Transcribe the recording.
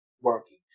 working